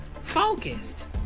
focused